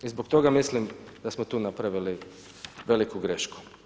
I zbog toga mislim da smo tu napravili veliku grešku.